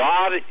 God